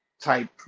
type